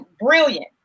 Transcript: brilliant